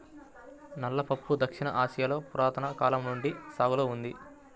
నల్ల పప్పు దక్షిణ ఆసియాలో పురాతన కాలం నుండి సాగులో ఉంది